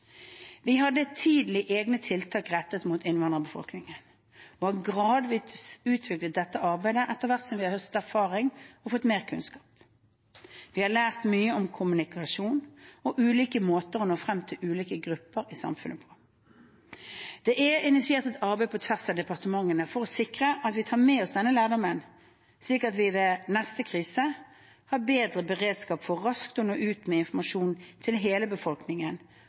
Vi hadde tidlig egne tiltak rettet mot innvandrerbefolkningen og har gradvis utviklet dette arbeidet etter hvert som vi har høstet erfaringer og fått mer kunnskap. Vi har lært mye om kommunikasjon og ulike måter å nå frem til ulike grupper i samfunnet på. Det er initiert et arbeid på tvers av departementene for å sikre at vi tar med oss denne lærdommen, slik at vi ved neste krise har bedre beredskap for raskt å nå ut med informasjon til hele befolkningen,